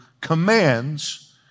commands